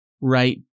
right